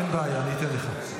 אין בעיה, אני אתן לך.